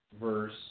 verse